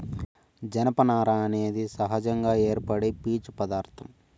జనపనార అనేది సహజంగా ఏర్పడే పీచు పదార్ధం